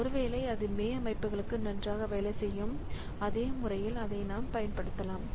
ஒருவேளை அது மே அமைப்புகளுக்கு நன்றாக வேலை செய்யும் அதே முறையில் அதை நாம் பயன்படுத்தலாம்